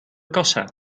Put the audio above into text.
kassa